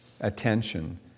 attention